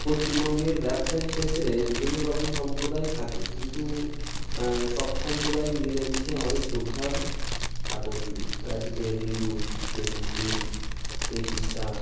পশ্চিমবঙ্গের ব্যবসায়িক ক্ষেত্রে বিভিন্ন রকম সম্প্রদায়ই থাকে কিন্তু সব সম্প্রদায় মিলেমিশে আমাদের চলতে হবে এখন হচ্ছে কে হিন্দু কে মুসলিম কে খ্রিস্টান